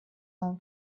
own